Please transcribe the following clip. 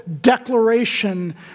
declaration